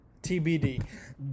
TBD